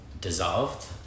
dissolved